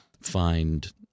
find